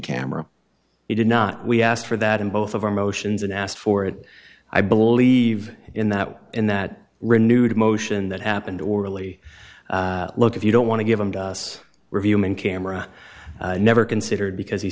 camera he did not we asked for that in both of our motions and asked for it i believe in that in that renewed motion that happened orally look if you don't want to give them to us we're human camera never considered because he